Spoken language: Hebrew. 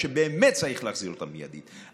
שבאמת צריך להחזיר אותם מיידית,